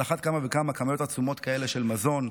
על אחת כמה וכמה כמויות עצומות כאלה של מזון,